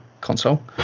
console